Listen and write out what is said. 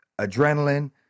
adrenaline